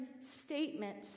statement